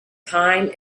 time